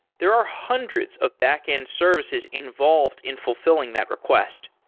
there are hundreds of back-end services involved in fulfilling that request.